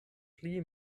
pli